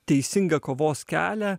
teisingą kovos kelią